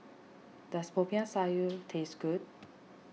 does Popiah Sayur taste good